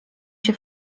się